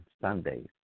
Sundays